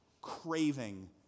craving